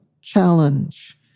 challenge